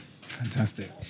fantastic